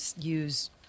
use